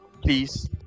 Please